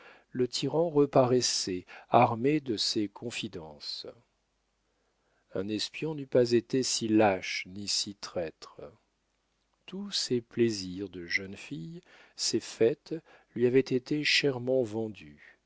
le tyran reparaissait armé de ces confidences un espion n'eût pas été si lâche ni si traître tous ses plaisirs de jeune fille ses fêtes lui avaient été chèrement vendues